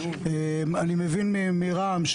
אני מבין מרע"מ,